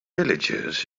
villages